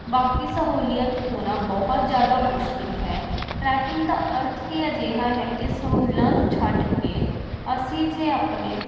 ਬਾਕੀ ਸਹੂਲੀਅਤ ਹੋਣਾ ਬਹੁਤ ਜ਼ਿਆਦਾ ਮੁਸ਼ਕਿਲ ਹੈ ਟਰੈਕਿੰਗ ਦਾ ਅਰਥ ਹੀ ਅਜਿਹਾ ਹੈ ਕਿ ਸਹੂਲਤਾਂ ਨੂੰ ਛੱਡ ਕੇ ਅਸੀਂ ਜੇ ਆਪਣੇ